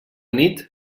nit